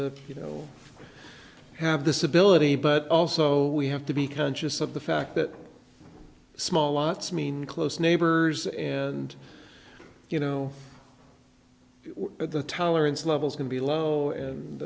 to you know have this ability but also we have to be conscious of the fact that small lots mean close neighbors and you know the tolerance levels can be low and